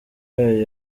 yayo